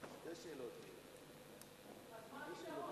שאלה